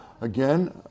again